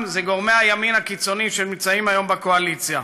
זה גורמי הימין הקיצוני שנמצאים היום בקואליציה.